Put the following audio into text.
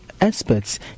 Experts